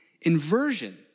inversion